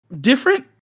different